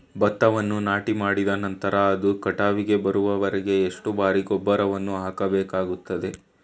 ಭತ್ತವನ್ನು ನಾಟಿಮಾಡಿದ ನಂತರ ಅದು ಕಟಾವಿಗೆ ಬರುವವರೆಗೆ ಎಷ್ಟು ಬಾರಿ ಗೊಬ್ಬರವನ್ನು ಹಾಕಬೇಕಾಗುತ್ತದೆ?